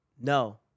no